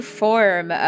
form